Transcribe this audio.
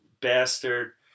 bastard